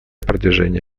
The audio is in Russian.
продвижения